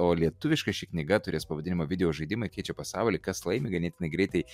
o lietuviškai ši knyga turės pavadinimą videožaidimai keičia pasaulį kas laimi ganėtinai greitai